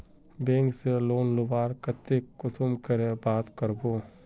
Bank से लोन लुबार केते कुंसम करे बात करबो?